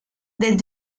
del